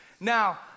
Now